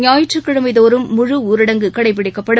ஞாயிற்றுக்கிழமைதோறும் முழுஊரடங்கு கடைப்பிடிக்கப்படும்